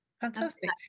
Fantastic